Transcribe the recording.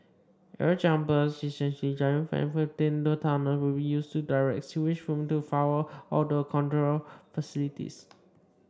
air jumper essentially giant fans within the tunnel will be used to direct sewage fumes to four odour control facilities